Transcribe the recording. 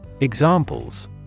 Examples